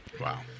Wow